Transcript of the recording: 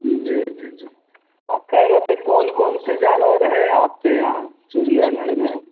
जी जी जी कह रहे थे कौन कौनसे जानवर हैं आपके यहाँ चिड़ियाघर में